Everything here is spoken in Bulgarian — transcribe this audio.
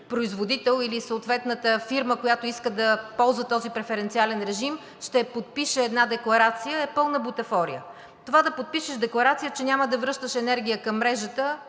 производител или съответната фирма, която иска да ползва този преференциален режим, ще подпише една декларация, е пълна бутафория. Това да подпишеш декларация, че няма да връщаш енергия към мрежата,